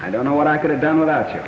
i don't know what i could have done without